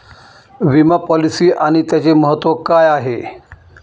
विमा पॉलिसी आणि त्याचे महत्व काय आहे?